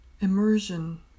Immersion